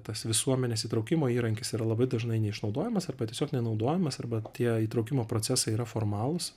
tas visuomenės įtraukimo įrankis yra labai dažnai neišnaudojamas arba tiesiog nenaudojamas arba tie įtraukimo procesai yra formalūs